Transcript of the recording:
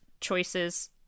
choices